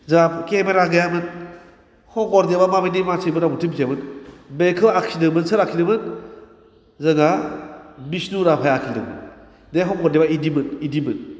जोंहा केमेरा गैयामोन शंकरदेबा माबादि मानसिमोन रावबोथ' मिथियामोन बेखौ आखिनोमोन सोर आखिनोमोन जोंहा बिष्णु राभाया आखिदोंमोन दे शंकरदेबा बिदिमोन बिदिमोन